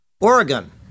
Oregon